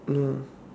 no